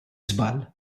żball